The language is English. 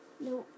No